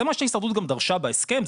זה מה שההסתדרות גם דרשה בהסכם.